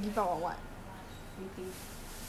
meeting today